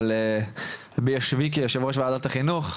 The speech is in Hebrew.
אבל ביושבי כיו"ר ועדת החינוך,